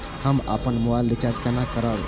हम अपन mobile recharge केना करब?